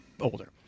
older